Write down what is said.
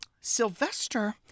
Sylvester